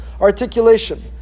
articulation